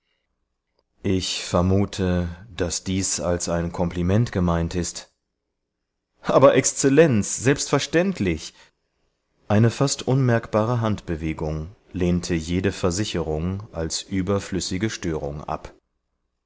ich vermute daß dies als ein kompliment gemeint ist aber exzellenz selbstverständlich eine fast unmerkbare handbewegung lehnte jede versicherung als überflüssige störung ab